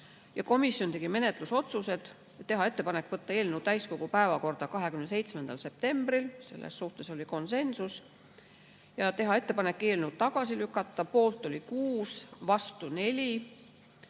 Ja komisjon tegi menetlusotsused: teha ettepanek võtta eelnõu täiskogu päevakorda 27. septembril, selles suhtes oli konsensus, ja teha ettepanek eelnõu tagasi lükata. Poolt oli 6, vastu 4.